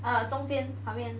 哦中间旁边